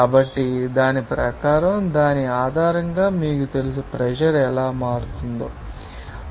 కాబట్టి దాని ప్రకారం దాని ఆధారంగా మీకు తెలుసు ప్రెషర్ ఎలా మారుతుందో మీకు తెలుస్తుంది